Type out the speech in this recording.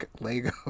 Lego